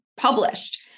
Published